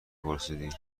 پرسیدی